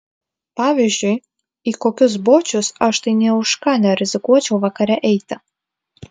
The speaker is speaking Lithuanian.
pavyzdžiui į kokius bočius aš tai nė už ką nerizikuočiau vakare eiti